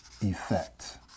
effect